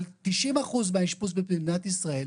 על 90% מהאשפוז במדינת ישראל,